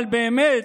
אבל באמת,